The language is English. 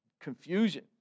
confusion